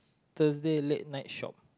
Thursday late night shop